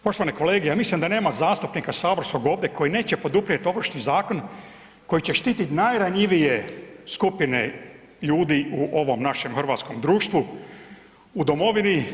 Poštovane kolege ja mislim da nema zastupnika saborskog ovdje koji neće poduprijeti Ovršni zakon koji će štititi najranjivije skupine ljudi u ovom našem hrvatskom društvu, u domovini.